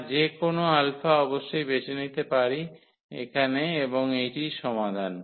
আমরা যে কোনও α অবশ্যই বেছে নিতে পারি এখানে এবং এটিই সমাধান